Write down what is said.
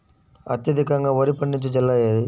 అత్యధికంగా వరి పండించే జిల్లా ఏది?